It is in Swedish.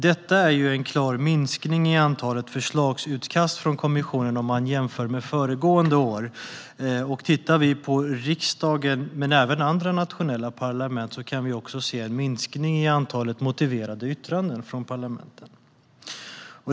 Detta är en klar minskning i antalet förslagsutkast från kommissionen jämfört med föregående år. Vad gäller riksdagen, och även de andra nationella parlamenten, kan vi också konstatera en minskning i antalet motiverade yttranden.